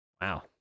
Wow